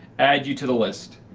add you to the list.